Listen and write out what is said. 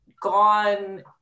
gone